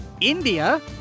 India